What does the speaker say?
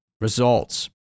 results